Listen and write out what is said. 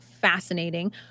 fascinating